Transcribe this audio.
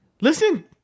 Listen